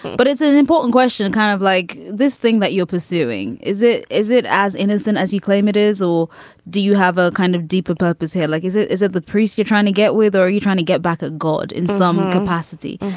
but it's an important question. kind of like this thing that you're pursuing. is it. is it as innocent as you claim it is? or do you have a kind of deeper purpose here? like is it? is it the priest you're trying to get with are you trying to get back at god in some capacity?